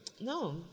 No